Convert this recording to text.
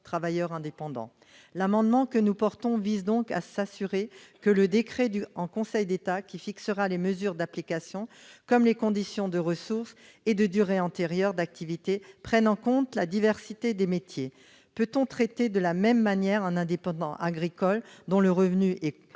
travailleurs indépendants. Cet amendement vise donc à s'assurer que le décret en Conseil d'État qui fixera les mesures d'application comme les conditions de ressources et de durée antérieure d'activité prenne en compte la diversité des métiers. Peut-on traiter de la même manière un indépendant agricole, dont le revenu est,